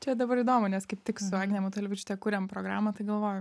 čia dabar įdomu nes kaip tik su agne matulevičiūte kūrėm programą tai galvoju